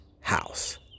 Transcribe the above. house